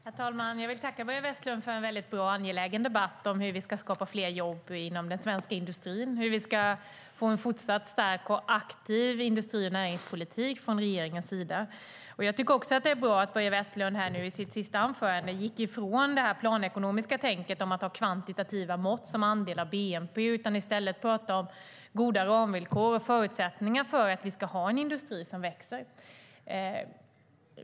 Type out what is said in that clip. Herr talman! Jag vill tacka Börje Vestlund för en bra och angelägen debatt om hur vi ska skapa fler jobb inom den svenska industrin och hur vi ska få en fortsatt stark och aktiv industri och näringspolitik från regeringens sida. Jag tycker också att det var bra att Börje Vestlund här i sitt sista anförande gick ifrån det planekonomiska tänket om att ha kvantitativa mått som andel av bnp och i stället pratar om goda ramvillkor och förutsättningar för att vi ska ha en industri som växer.